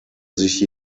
sich